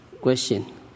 question